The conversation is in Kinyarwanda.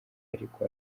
ariko